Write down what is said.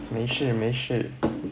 没事没事